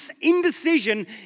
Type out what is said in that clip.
indecision